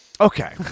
Okay